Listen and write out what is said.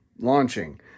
launching